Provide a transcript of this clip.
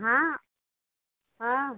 हाँ हाँ